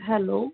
hello